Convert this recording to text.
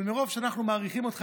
אבל מרוב שאנחנו מעריכים אותך,